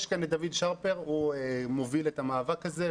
יש כאן את דוד שרפר, הוא מוביל את המאבק הזה.